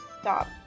stop